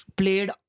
played